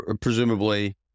presumably